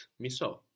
miso